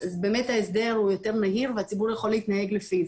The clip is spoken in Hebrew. אז זה באמת ההסדר הוא יותר נהיר והציבור יכול להתנהג לפיו.